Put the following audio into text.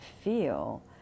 feel